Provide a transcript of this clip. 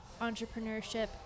entrepreneurship